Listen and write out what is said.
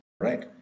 right